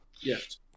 Yes